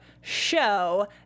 show